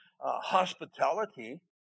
hospitality